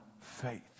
faith